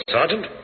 Sergeant